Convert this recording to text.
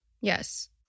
Yes